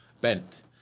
bent